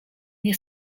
nie